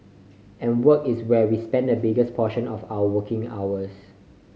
and work is where we spend the biggest portion of our waking hours